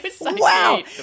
Wow